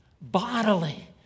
bodily